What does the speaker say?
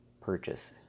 purchase